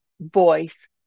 voice